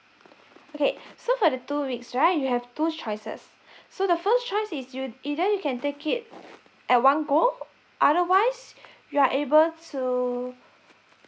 okay so for the two weeks right you have two choices so the first choice is you either you can take it at one go otherwise you are able to